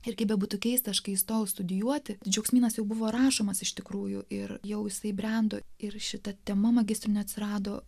ir kaip bebūtų keista aš kai įstojau studijuoti džiaugsmynas jau buvo rašomas iš tikrųjų ir jau jisai brendo ir šita tema magistrinio atsirado